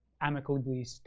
amicably